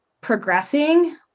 progressing